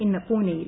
ഇന്ന് പൂനെയിൽ